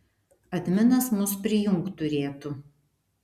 adminas mus prijungt turėtų